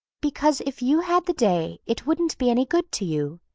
because if you had the day it wouldn't be any good to you,